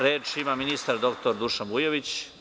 Reč ima ministar dr Dušan Vujović.